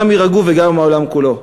גם העולם מבין את זה.